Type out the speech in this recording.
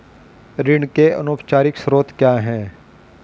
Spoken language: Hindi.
ऋण के अनौपचारिक स्रोत क्या हैं?